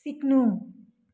सिक्नु